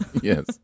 yes